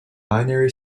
binary